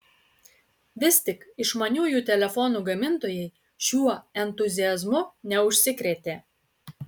vis tik išmaniųjų telefonų gamintojai šiuo entuziazmu neužsikrėtė